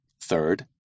Third